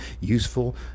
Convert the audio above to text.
useful